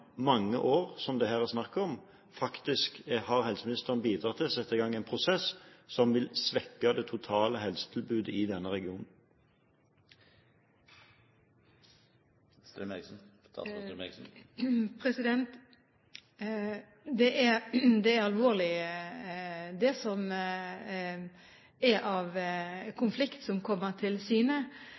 mange år, som det her er snakk om, har helseministeren faktisk bidratt til å sette i gang en prosess som vil svekke det totale helsetilbudet i denne regionen. Den er alvorlig den konflikten som kommer til syne. Det tror jeg alle legger merke til. Men det må ikke føre til